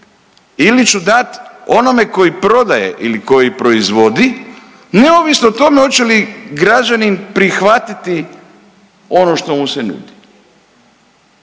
ili ću dati onome koji prodaje ili koji proizvodi neovisno o tome hoće li građanin prihvatiti ono što mu se nudi.